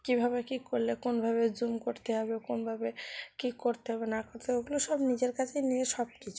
কীভাবে কী করলে কোনভাবে জুম করতে হবে কোনভাবে কী করতে হবে না করতে হবে ওগুলো সব নিজের কাছেই নিজে সব কিছু